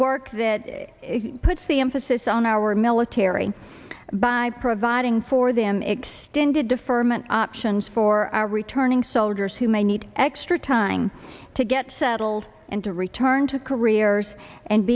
work that puts the emphasis on our military by providing for them extended deferment options for our returning soldiers who may need extra time to get settled and to return to careers and